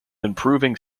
improving